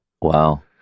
Wow